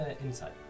insight